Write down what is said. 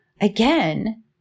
again